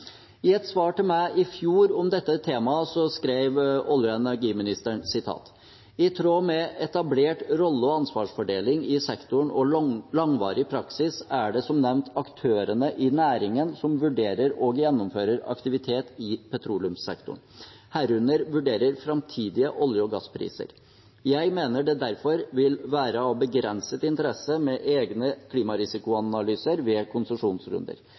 I et svar til meg i fjor om dette temaet skrev olje- og energiministeren: «I tråd med etablert rolle- og ansvarsfordeling i sektoren og langvarig praksis er det som nevnt aktørene i næringen som vurderer og gjennomfører aktivitet i petroleumssektoren, herunder vurderer fremtidige olje- og gasspriser. Jeg mener det derfor vil være av begrenset interesse med egne klimarisikoanalyser ved konsesjonsrunder.